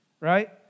right